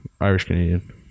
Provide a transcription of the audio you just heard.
Irish-Canadian